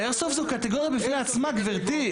איירסופט זו קטגוריה בפני עצמה, גברתי.